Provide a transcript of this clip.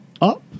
Up